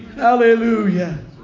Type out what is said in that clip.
Hallelujah